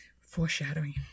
Foreshadowing